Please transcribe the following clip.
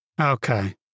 Okay